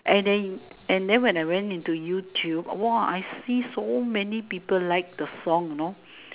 and then and then when I went into YouTube [wah] I see so many people like the song you know